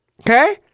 Okay